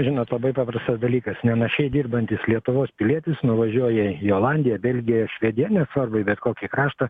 žinot labai paprastas dalykas nenašiai dirbantis lietuvos pilietis nuvažiuoja į olandiją belgiją švediją nesvarbu į bet kokį kraštą